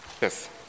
Yes